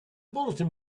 bulletin